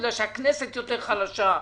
הכנסת יותר חלשה,